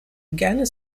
gerne